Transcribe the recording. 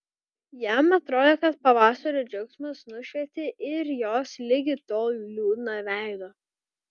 jam atrodė kad pavasario džiaugsmas nušvietė ir jos ligi tol liūdną veidą